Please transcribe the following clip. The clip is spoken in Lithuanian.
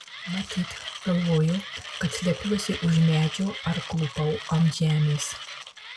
matyt galvojo kad slepiuosi už medžio ar klūpau ant žemės